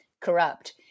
corrupt